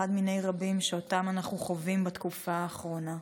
אחד מיני רבים שאותם אנחנו חווים בתקופה האחרונה.